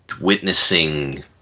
witnessing